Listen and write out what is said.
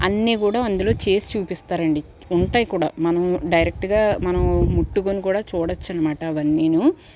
అన్నీ కూడా అందులో చేసి చూపిస్తారండీ ఉంటాయి కూడా మనము డైరెక్ట్గా మనము ముట్టుకొని కూడా చూడచ్చనమాట అవన్నీను